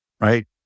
right